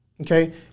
okay